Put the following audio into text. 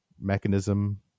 mechanism